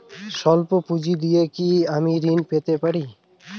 সল্প পুঁজি দিয়ে কি আমি ঋণ পেতে পারি?